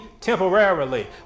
temporarily